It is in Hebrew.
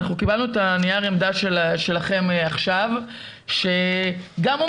אנחנו קיבלנו את נייר העמדה שלכם עכשיו שגם הוא